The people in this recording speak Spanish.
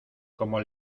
como